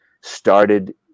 started